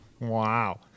Wow